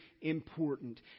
important